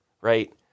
right